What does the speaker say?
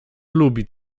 lubi